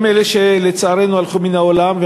הם לצערנו הלכו מן העולם,